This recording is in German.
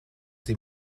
sie